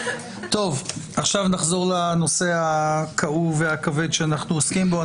עכשיו נחזור לנושא הכאוב והכבד שאנחנו עוסקים בו.